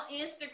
Instagram